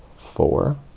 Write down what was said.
four,